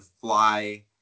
fly